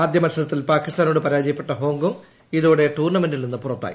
ആദ്യ മത്സരത്തിൽ പാകിസ്ഥാന്റോട് പരാജയപ്പെട്ട ഹോങ്കോങ്ങ് ഇതോടെ ടൂർണമെന്റിൽ നിന്ന് പുറത്തായി